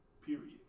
Period